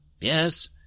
yes